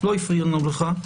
לא הפריעו לך.